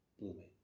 blooming